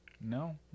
No